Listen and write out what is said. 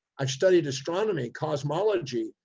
i've studied astronomy, cosmology.